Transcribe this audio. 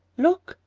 look,